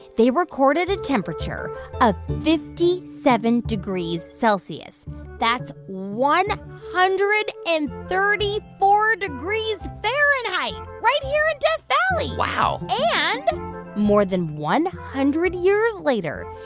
they recorded a temperature of fifty seven degrees celsius that's one hundred and thirty four degrees fahrenheit right here in death valley wow and more than one hundred years later,